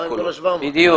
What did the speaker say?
בדיוק.